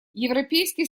европейский